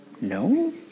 No